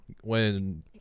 when-